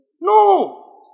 No